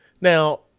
Now